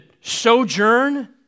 sojourn